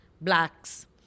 blacks